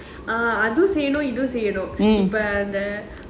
அது செய்னும் இது செய்னும்:athu seyanum ithu seyanum